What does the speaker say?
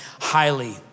highly